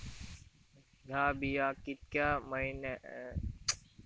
हया बिया कितक्या मैन्यानी फळ दिता कीवा की मैन्यानी लागाक सर्वात जाता?